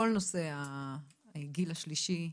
כל נושא הגיל השלישי,